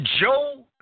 Joe